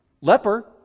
leper